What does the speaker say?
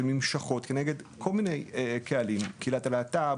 שנמשכות כנגד כל מיני קהלים: קהילת הלהט"ב,